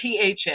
THN